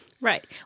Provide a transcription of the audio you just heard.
Right